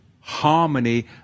harmony